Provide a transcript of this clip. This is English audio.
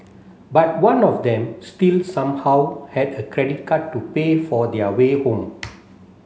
but one of them still somehow had a credit card to pay for their way home